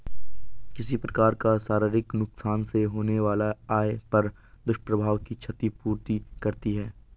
किसी प्रकार का शारीरिक नुकसान से होने वाला आय पर दुष्प्रभाव की क्षति पूर्ति करती है